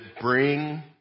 bring